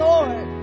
Lord